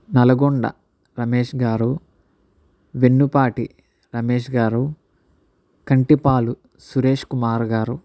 నల్గొండ రమేష్గారు వెన్నుపాటి రమేష్గారు కంటిపాలు సురేష్కుమార్గారు